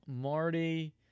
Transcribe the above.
Marty